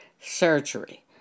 surgery